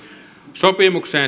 sopimukseen